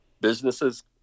businesses